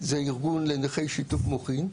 ארגון לנכי שיתוק מוחין.